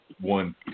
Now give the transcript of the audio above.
one